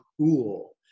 cool